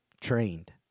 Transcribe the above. trained